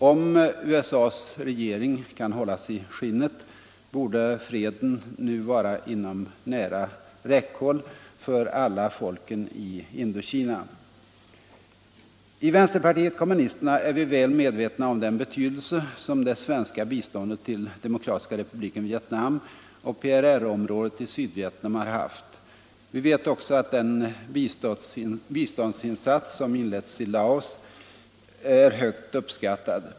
Om USA:s regering kan hållas i skinnet borde freden nu vara inom nära räckhåll för alla folken i Indokina. I vänsterpartiet kommunisterna är vi väl medvetna om den betydelse som det svenska biståndet till Demokratiska republiken Vietnam och PRR-området i Sydvietnam har haft. Vi vet också att den biståndsinsats som inletts i Laos är högt uppskattad.